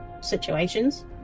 situations